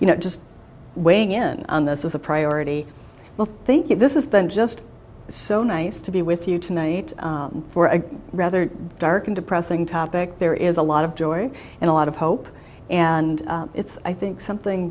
you know just weighing in on this is a priority well thank you this has been just so nice to be with you tonight for a rather dark and depressing topic there is a lot of joy and a lot of hope and it's i think something